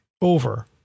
over